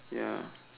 ya